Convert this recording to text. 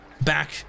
back